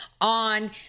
on